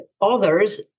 others